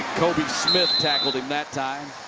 kobe smith tackled him that time.